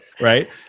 Right